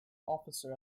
officer